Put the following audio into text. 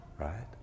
Right